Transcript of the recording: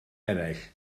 eraill